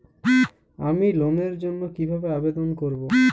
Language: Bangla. আমি লোনের জন্য কিভাবে আবেদন করব?